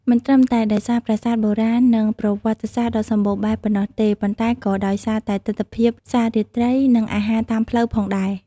មិនត្រឹមតែដោយសារប្រាសាទបុរាណ និងប្រវត្តិសាស្ត្រដ៏សម្បូរបែបប៉ុណ្ណោះទេ ប៉ុន្តែក៏ដោយសារតែទិដ្ឋភាពផ្សាររាត្រី និងអាហារតាមផ្លូវផងដែរ។